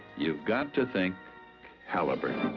you've got to think halliburton.